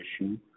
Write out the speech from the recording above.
issue